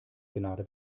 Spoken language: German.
gnade